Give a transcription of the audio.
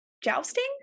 Jousting